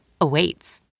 awaits